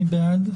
מי בעד?